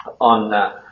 on